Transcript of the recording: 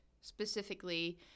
specifically